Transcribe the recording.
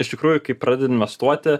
iš tikrųjų kai pradedi investuoti